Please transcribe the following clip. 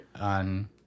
on